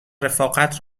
رفاقت